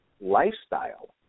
lifestyle